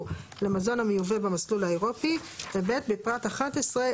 למזון המיובא במסלול האירופי"; בפרט (11),